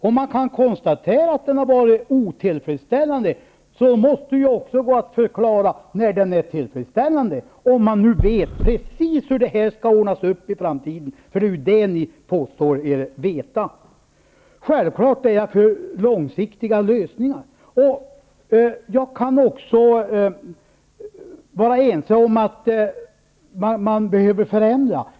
Om man kan konstatera att verksamheten har varit otillfredsställande måste man också kunna svara på hur den skall se ut för att vara tillfredsställande, om man nu vet precis hur det här skall ordnas upp i framtiden. Det är ju det ni påstår er veta. Självfalllet är jag för långsiktiga lösningar. Jag kan också hålla med om att man behöver förändra.